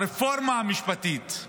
הרפורמה המשפטית,